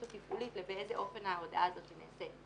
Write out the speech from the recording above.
או תפעולית באיזה אופן ההודעה הזאת נעשית.